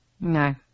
No